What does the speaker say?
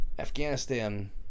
Afghanistan